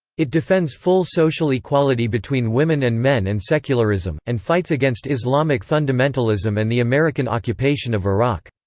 it defends full social equality between women and men and secularism, and fights against islamic fundamentalism and the american occupation of iraq.